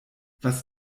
was